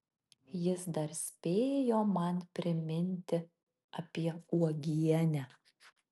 jis dar spėjo man priminti apie uogienę